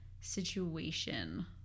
situation